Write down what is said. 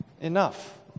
enough